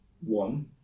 one